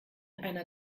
einer